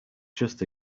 just